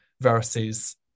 versus